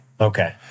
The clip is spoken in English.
Okay